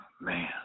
man